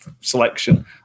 selection